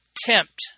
tempt